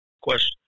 question